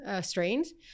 strains